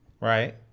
Right